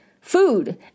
food